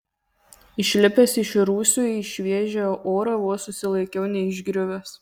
išlipęs iš rūsio į šviežią orą vos susilaikiau neišgriuvęs